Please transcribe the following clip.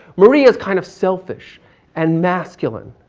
marie is kind of selfish and masculine.